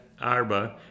Arba